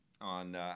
on